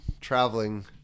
traveling